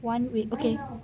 one week